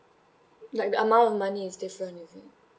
like the amount of money is different is it